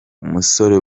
umusore